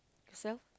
so